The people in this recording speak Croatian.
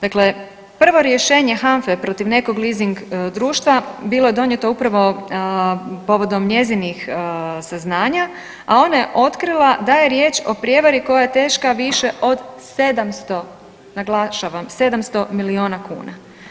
Dakle, prvo rješenje HANFA-e protiv nekog leasing društva bilo je donijeto upravo povodom njezinih saznanja, a ona je otkrila da je riječ o prijevari koja je teška više od 700, naglašavam 700 milijuna kuna.